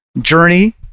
Journey